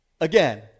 again